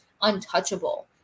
untouchable